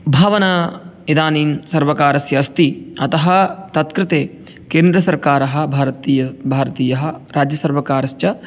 भावना इदानीं सर्वकारस्य अस्ति अतः तत्कृते केन्द्रसर्कारः भारतीयः राज्यसर्वकारश्च